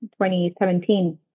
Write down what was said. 2017